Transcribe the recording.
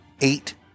eight